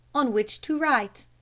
on which to write.